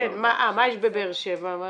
כן, אבל מה יש בבאר שבע?